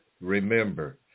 remember